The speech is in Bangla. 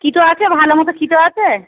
কিটো আছে ভালো মতো কিটো আছে